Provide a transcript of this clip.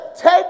take